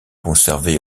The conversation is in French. conservé